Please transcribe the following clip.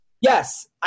Yes